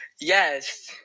Yes